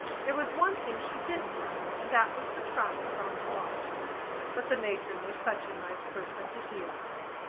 there was one thing she didn't like and that was the tracts on the walks but the matron was such a nice person to deal with,